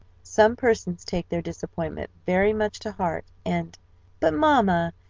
some persons take their disappointment very much to heart, and but, mamma,